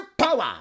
power